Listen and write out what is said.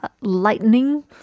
lightning